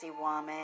woman